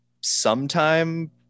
sometime